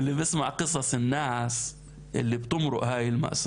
ומי ששומע את סיפורי האנשים שעוברים את הדבר הנורא הזה,